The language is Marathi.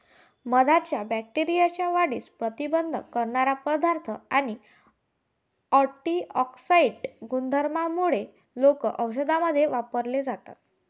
मधाच्या बॅक्टेरियाच्या वाढीस प्रतिबंध करणारा पदार्थ आणि अँटिऑक्सिडेंट गुणधर्मांमुळे लोक औषधांमध्ये वापरले जाते